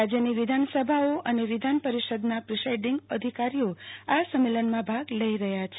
રાજયની વિધાનસભાઓ અને વિધાન પરિષદના પ્રિઝાઈડિંગ અધિકારીઓ આ સંમેલનમાં ભાગ લઈ રહ્યા છે